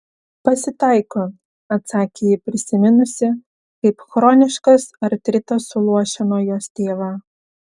pasitaiko atsakė ji prisiminusi kaip chroniškas artritas suluošino jos tėvą